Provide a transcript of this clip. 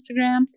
Instagram